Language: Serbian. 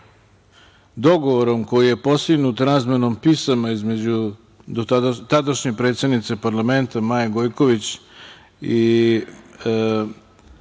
dogovorom koji je postignut razmenom pisama između tadašnje predsednice parlamenta Maje Gojković i